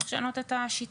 צריך לשנות את השיטה.